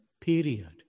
period